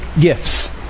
gifts